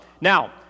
Now